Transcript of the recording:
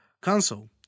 console